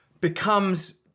becomes